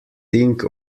think